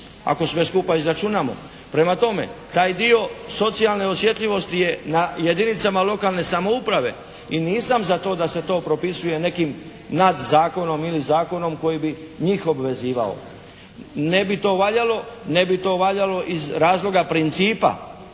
ako sve skupa izračunamo. Prema tome taj dio socijalne osjetljivosti je na jedinicama lokalne samouprave i nisam za to da se to propisuje nekim nadzakonom ili zakonom koji bi njih obvezivao. Ne bi to valjalo. Ne bi